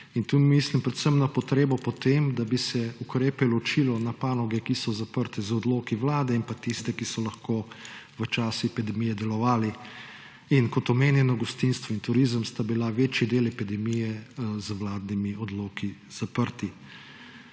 Tu mislim predvsem na potrebo po tem, da bi se ukrepe ločilo na panoge, ki so zaprte z odloki Vlade, in tiste, ki so lahko v času epidemije delovale. Kot omenjeno, gostinstvo in turizem sta bila večidel epidemije z vladnimi odloki zaprta.